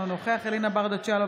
אינו נוכח אלינה ברדץ' יאלוב,